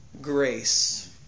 grace